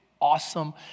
awesome